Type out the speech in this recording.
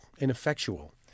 ineffectual